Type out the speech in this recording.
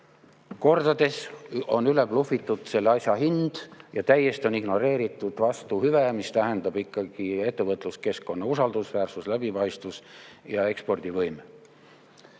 Kordades on üle blufitud selle asja hind ja täiesti on ignoreeritud vastuhüve, mis tähendab ikkagi ettevõtluskeskkonna usaldusväärsus, läbipaistvus ja ekspordivõime.